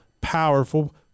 powerful